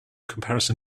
comparison